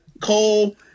Cole